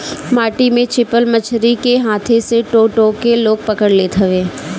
माटी में छिपल मछरी के हाथे से टो टो के लोग पकड़ लेत हवे